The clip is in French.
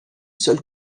seule